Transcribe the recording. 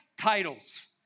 titles